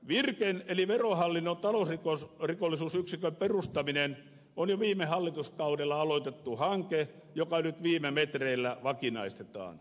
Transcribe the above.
virken eli verohallinnon talousrikollisuusyksikön perustaminen on jo viime hallituskaudella aloitettu hanke joka nyt viime metreillä vakinaistetaan